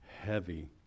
heavy